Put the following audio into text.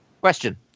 Question